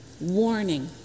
warning